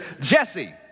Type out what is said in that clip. Jesse